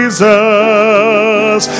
Jesus